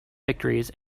victories